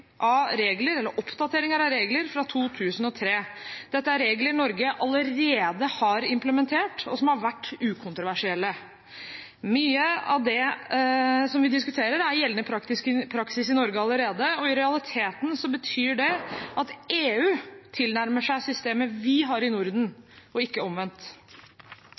av regler, eller oppdateringer av regler, fra 2003. Dette er regler Norge allerede har implementert, og som har vært ukontroversielle. Mye av det som vi diskuterer, er gjeldende praksis i Norge allerede, og i realiteten betyr det at EU tilnærmer seg systemet vi har i Norden, og ikke omvendt.